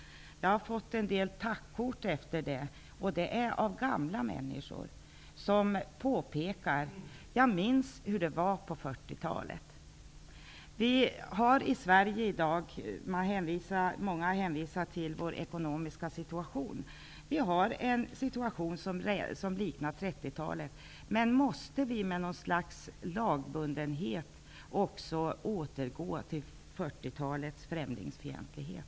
Efter det har jag fått en del tackkort från gamla människor. De påpekar att de minns hur det var på Många hänvisar till vår ekonomiska situation. Vi har i dag en situation som liknar den vi hade på 1930-talet. Men måste vi med något slags lagbundenhet också återgå till 1940-talets främlingsfientlighet?